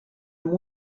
amb